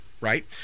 right